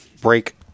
break